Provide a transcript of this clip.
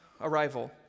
arrival